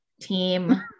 team